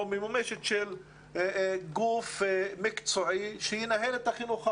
ממומשת לגבי גוף מקצועי שינהל את החינוך הערבי.